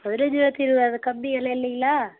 பதினைஞ்சாயிரத்து இருபதாயிரத்து கம்மி விலையில இல்லைங்களா